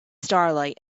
starlight